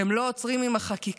שהם לא עוצרים עם החקיקה,